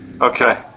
Okay